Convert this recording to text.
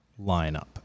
lineup